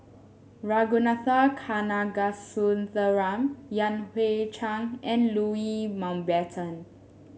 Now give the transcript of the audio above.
Ragunathar Kanagasuntheram Yan Hui Chang and Louis Mountbatten